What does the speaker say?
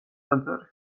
ტაძარი